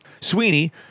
Sweeney